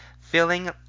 filling